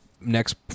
next